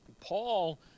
Paul